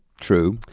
true.